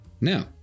now